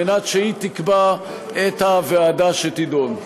על מנת שהיא תקבע את הוועדה שתדון.